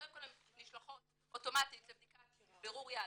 קודם כל הן נשלחות אוטומטית לבדיקת בירור יהדות,